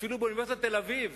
אפילו באוניברסיטת תל-אביב